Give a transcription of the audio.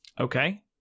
okay